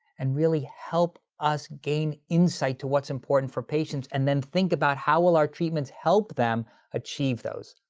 and really help us gain insight to what's important for patients. and then think about, how will our treatments help them achieve those?